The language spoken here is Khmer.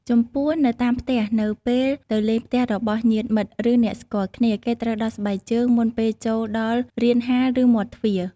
ចំពោះនៅតាមផ្ទះ នៅពេលទៅលេងផ្ទះរបស់ញាតិមិត្ត ឬអ្នកស្គាល់គ្នា គេត្រូវដោះស្បែកជើងមុនពេលចូលដល់រានហាលឬមាត់ទ្វារ។